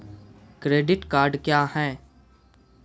Credit card क्या हैं?